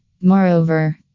Moreover